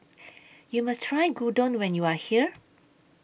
YOU must Try Gyudon when YOU Are here